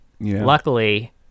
Luckily